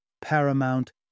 paramount